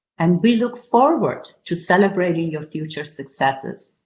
and we look forward to celebrating your future successes.